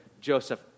Joseph